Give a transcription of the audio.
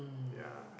ya